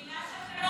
מילה שאתם לא מכירים.